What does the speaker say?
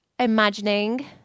imagining